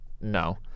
no